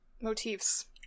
motifs